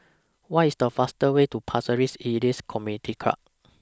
What IS The fastest Way to Pasir Ris Elias Community Club